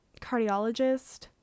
cardiologist